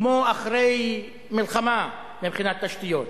כמו אחרי מלחמה, מבחינת תשתיות.